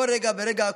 כל רגע ורגע,